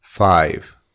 five